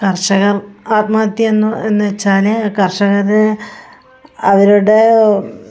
കർഷകർ ആത്മഹത്യയെന്ന് എന്നുവെച്ചാൽ കർഷകർ അവരുടെ